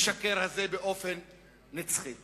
המשקר-באופן-נצחי הזה.